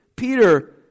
Peter